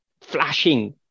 flashing